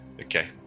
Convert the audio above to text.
Okay